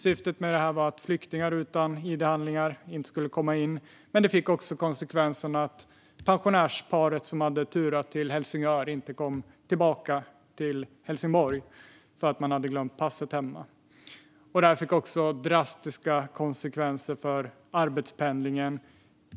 Syftet var att flyktingar utan id-handlingar inte skulle komma in, men det fick också konsekvensen att pensionärspar som turade till Helsingör inte kunde komma tillbaka till Helsingborg därför att de hade glömt passet hemma. Det fick också drastiska konsekvenser för arbetspendlingen.